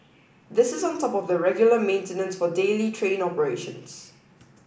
this is on top of the regular maintenance for daily train operations